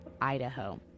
Idaho